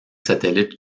satellite